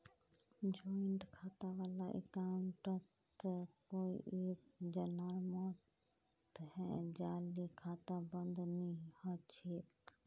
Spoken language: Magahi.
जॉइंट खाता वाला अकाउंटत कोई एक जनार मौत हैं जाले खाता बंद नी हछेक